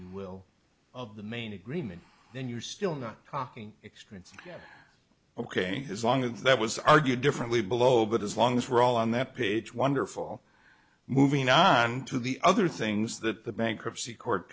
will of the main agreement then you're still not talking expense ok as long as that was argued differently below but as long as we're all on that page wonderful moving on to the other things that the bankruptcy court